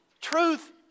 truth